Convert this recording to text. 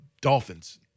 Dolphins